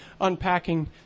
unpacking